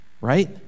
Right